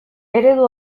eredu